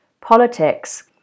politics